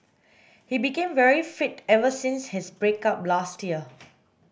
he became very fit ever since his break up last year